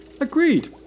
Agreed